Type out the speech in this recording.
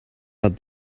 but